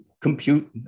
compute